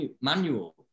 manual